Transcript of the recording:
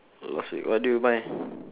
last week what do you buy